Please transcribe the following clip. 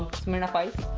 smirnoff ice.